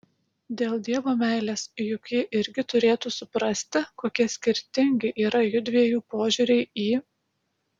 dėl dievo meilės juk ji irgi turėtų suprasti kokie skirtingi yra jųdviejų požiūriai į